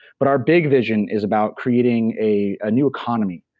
but our big vision is about creating a new economy.